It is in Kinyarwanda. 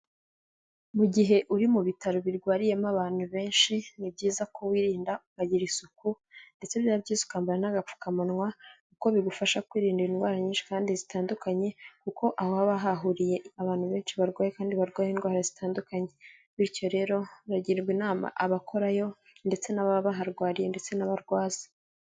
Mu gihe uri mu bitaro birwariyemo abantu benshi ni byiza ko wirinda ukagira isuku, ndetse byaba byiza ukambara n'agapfukamunwa, kuko bigufasha kwirinda indwara nyinshi kandi zitandukanye, kuko aho haba hahuriye abantu benshi barwaye kandi barwaye indwara zitandukanye. Bityo rero muragirwa inama abakorayo ndetse n'ababa baharwariye ndetse n'abarwaza.